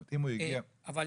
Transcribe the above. אוקיי.